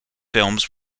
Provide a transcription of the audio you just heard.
films